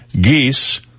Geese